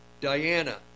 Diana